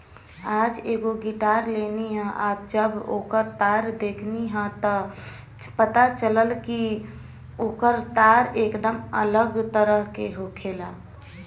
आज एगो गिटार लेनी ह आ जब ओकर तार देखनी त पता चलल कि ओकर तार एकदम अलग तरह के होखेला